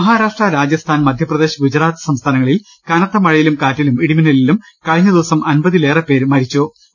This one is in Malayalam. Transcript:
മഹാരാഷ്ട്ര രാജസ്ഥാൻ മധ്യപ്രദേശ് ഗുജറാത്ത് സംസ്ഥാനങ്ങ ളിൽ കനത്ത മഴയിലും കാറ്റിലും ഇടിമിന്നലിലും കഴിഞ്ഞദിവസം അൻപ തിലേറെപ്പേരാണ് മരിച്ചത്